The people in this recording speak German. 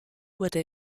wurde